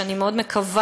ואני מאוד מקווה,